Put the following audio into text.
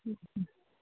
ꯎꯝ